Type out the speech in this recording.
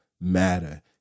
matter